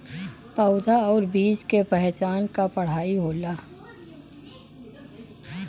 पउधा आउर बीज के पहचान क पढ़ाई होला